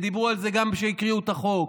ודיברו על זה גם כשהקריאו את החוק.